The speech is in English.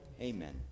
Amen